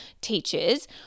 teachers